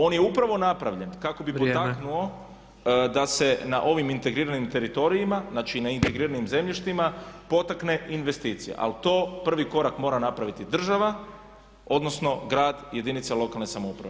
On je upravo napravljen kako bi potaknuo da se na ovim integriranim teritorijima znači na integriranim zemljištima potakne investicija ali to prvi korak mora napraviti država odnosno grad, jedinica lokalne samouprave.